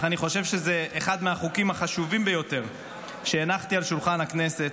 אך אני חושב שזה אחד החוקים החשובים ביותר שהנחתי על שולחן הכנסת,